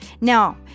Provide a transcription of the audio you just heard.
Now